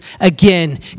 again